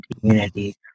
community